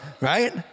right